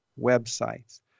websites